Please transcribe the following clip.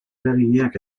eragileak